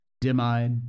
dim-eyed